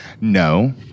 No